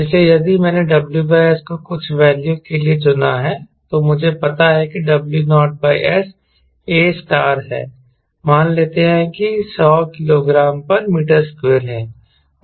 इसलिए यदि मैंने WS को कुछ वैल्यू के लिए चुना है तो मुझे पता है कि W0 S A स्टार है मान लेते हैं 100 kgm2 हैं